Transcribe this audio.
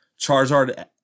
Charizard